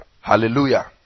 Hallelujah